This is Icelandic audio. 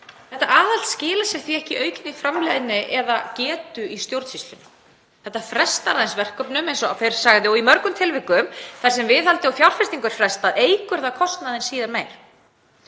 Þetta aðhald skilar sér því ekki í aukinni framleiðni eða getu í stjórnsýslunni. Þetta frestar aðeins verkefnum eins og fyrr sagði og í mörgum tilvikum þar sem viðhaldi og fjárfestingu er frestað eykur það kostnaðinn síðar meir.